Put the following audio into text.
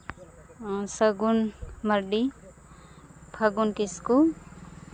ᱥᱟᱹᱜᱩᱱ ᱢᱟᱹᱨᱰᱤ ᱯᱷᱟᱹᱜᱩᱱ ᱠᱤᱥᱠᱩ